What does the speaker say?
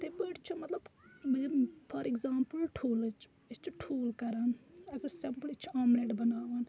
یِتھَے پٲٹھۍ چھِ مَطلَب بہٕ نِمہٕ فار ایٚکزامپٕل ٹھولٕچ أسۍ چھِ ٹھول کَران اَگَر سیٚمپٕلۍ أسۍ چھِ آملیٹ بَناوان